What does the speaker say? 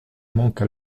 manque